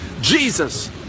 Jesus